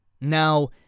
Now